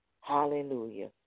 Hallelujah